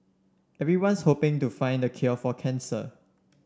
everyone's hoping to find the cure for cancer